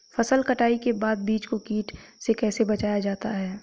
फसल कटाई के बाद बीज को कीट से कैसे बचाया जाता है?